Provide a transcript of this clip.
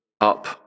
up